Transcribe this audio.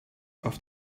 auf